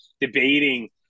debating